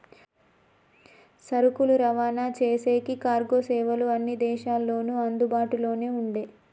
సరుకులు రవాణా చేసేకి కార్గో సేవలు అన్ని దేశాల్లోనూ అందుబాటులోనే ఉండే